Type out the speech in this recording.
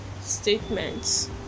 statements